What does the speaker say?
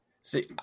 see